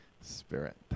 spirit